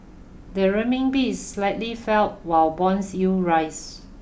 the Ren Min Bi slightly fell while bonds yield rise